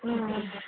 ம் ம்